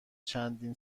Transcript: چندین